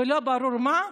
ולא ברור מה,